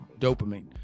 dopamine